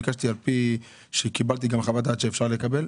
ביקשתי על פי חוות דעת שאפשר לקבל.